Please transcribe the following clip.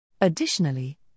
Additionally